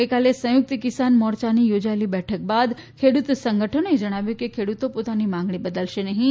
ગઈકાલે સંયુકત કિસાન મોરચાની યોજાયેલી બેઠક બાદ ખેડૂત સંગઠનોને જણાવ્યું છે કે ખેડૂતો પોતાની માંગણી બદલશે નહિં